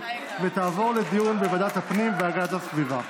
ותעבור לדיון בוועדת הפנים והגנת הסביבה.